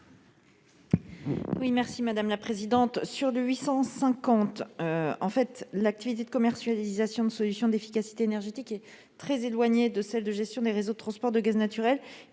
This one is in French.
qui concerne l'amendement n° 850 rectifié , l'activité de commercialisation de solutions d'efficacité énergétique est très éloignée de celle de gestion des réseaux de transport de gaz naturel,